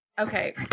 Okay